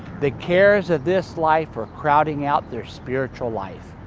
the cares of this life were crowding out their spiritual life.